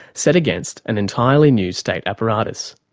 set against an entirely new state apparatus?